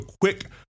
quick